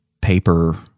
paper